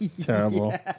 Terrible